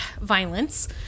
violence